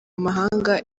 amahanga